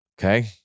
Okay